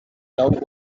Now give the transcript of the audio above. love